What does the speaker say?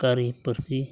ᱥᱚᱨᱠᱟᱨᱤ ᱯᱟᱹᱨᱥᱤ